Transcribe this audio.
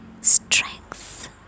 strength